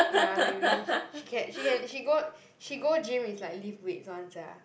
ya maybe she can she can she go she go gym is like lift weights [one] sia